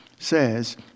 says